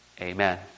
Amen